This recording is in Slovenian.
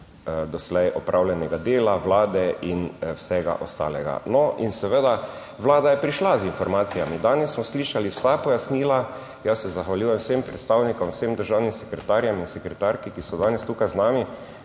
doslej opravljenega dela Vlade in vsega ostalega. No, in seveda, Vlada je prišla z informacijami, danes smo slišali vsa pojasnila. Jaz se zahvaljujem vsem predstavnikom, vsem državnim sekretarjem in sekretarki, ki so danes tukaj z nami,